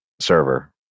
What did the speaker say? server